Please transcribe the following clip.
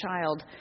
child